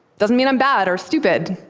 doesn't mean i'm bad or stupid.